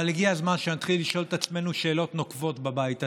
אבל הגיע הזמן שנתחיל לשאול את עצמנו שאלות נוקבות בבית הזה,